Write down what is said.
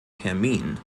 termin